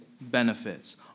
benefits